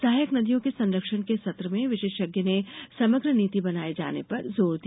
सहाक नदियों के संरक्षण के सत्र में विशेषज्ञों ने समग्र नीति बनाये जाने पर जोर दिया